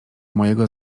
mojego